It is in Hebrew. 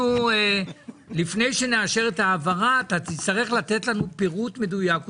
לפני שנאשר את ההעברה תצטרכו לתת לנו פירוט מדויק.